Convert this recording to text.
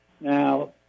Now